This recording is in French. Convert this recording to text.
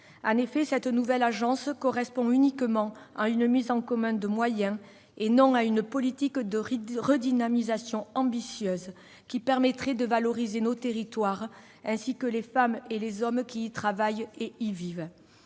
En effet, cette nouvelle agence correspond uniquement à une mise en commun de moyens, et non à une politique de redynamisation ambitieuse qui permettrait de valoriser nos territoires, ainsi que les femmes et les hommes qui y travaillent et y vivent.